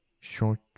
short